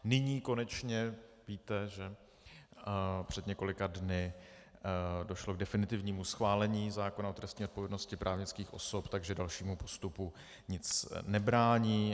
Nyní konečně víte, že před několika dny došlo k definitivnímu schválení zákona o trestní odpovědnosti právnických osob, takže dalšímu postupu nic nebrání.